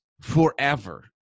forever